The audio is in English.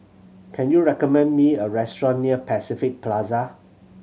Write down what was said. can you recommend me a restaurant near Pacific Plaza